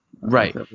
Right